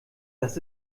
das